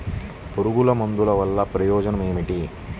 పురుగుల మందుల వల్ల ప్రయోజనం ఏమిటీ?